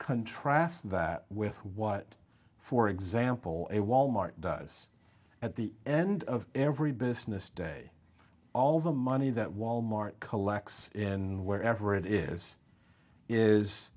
contrast that with what for example a wal mart does at the end of every business day all the money that wal mart collects in wherever it is is